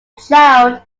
child